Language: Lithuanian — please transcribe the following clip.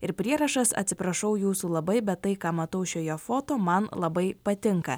ir prierašas atsiprašau jūsų labai bet tai ką matau šioje foto man labai patinka